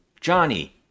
Johnny